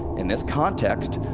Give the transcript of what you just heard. in this context,